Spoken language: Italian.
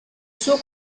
suo